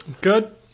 Good